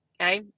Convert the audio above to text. okay